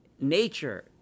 nature